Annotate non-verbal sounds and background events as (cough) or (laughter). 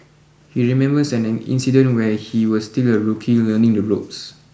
he remembers an (unintelligible) incident when he was still a rookie learning the ropes